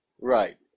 Right